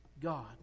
God